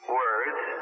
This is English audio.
words